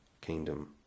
kingdom